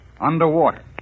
Underwater